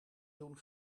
doen